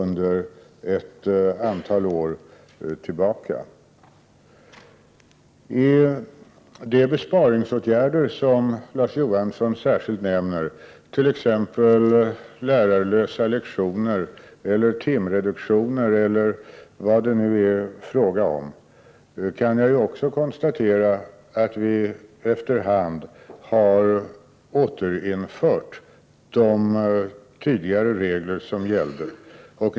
Beträffande de besparingsåtgärder som Larz Johansson särskilt nämner — lärarlösa lektioner, timreduktioner, eller vad det nu är fråga om — kan jag också konstatera att vi efter hand har återinfört de regler som tidigare gällde.